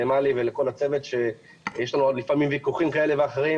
למלי ולכל הצוות שיש לנו לפעמים ויכוחים כאלה ואחרים,